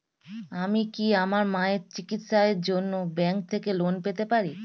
আমি কি আমার মায়ের চিকিত্সায়ের জন্য ব্যঙ্ক থেকে লোন পেতে পারি?